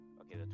Okay